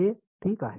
हे ठीक आहे